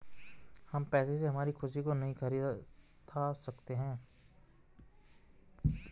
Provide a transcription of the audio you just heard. हम पैसे से हमारी खुशी को नहीं खरीदा सकते है